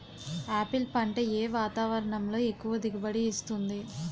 Apple పంట ఏ వాతావరణంలో ఎక్కువ దిగుబడి ఇస్తుంది?